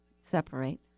separate